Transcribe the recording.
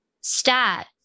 stat